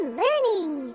learning